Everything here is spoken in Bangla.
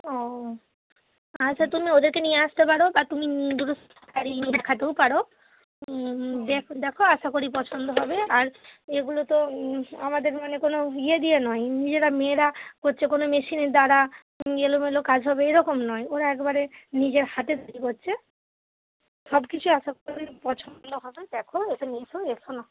ও আচ্ছা তুমি ওদেরকে নিয়ে আসতে পারো বা তুমি নি দুটো শাড়ি নিয়ে দেখাতেও পারো দেখো আশা করি পছন্দ হবে আর এগুলো তো আমাদের মানে কোনো ইয়ে দিয়ে নয় নিজেরা মেয়েরা হচ্চে কোনো মেশিনের দ্বারা এলোমেলো কাজ হবে এরকম নয় ওরা একবারে নিজের হাতে তৈরি করছে সব কিছু আশা করি পছন্দ হবে দেখো এখানে এসো এসো না